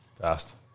fast